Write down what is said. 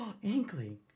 Inkling